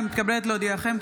אני מתכבדת להודיעכם,